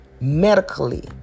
medically